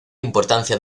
importancia